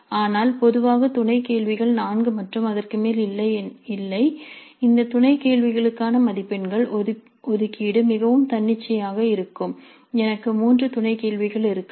ஆனால் பொதுவாக துணை கேள்விகள் 4 மற்றும் அதற்கு மேல் இல்லை இந்த துணை கேள்விகளுக்கான மதிப்பெண்கள் ஒதுக்கீடு மிகவும் தன்னிச்சையாக இருக்கும் எனக்கு 3 துணை கேள்விகள் இருக்கலாம்